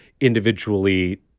individually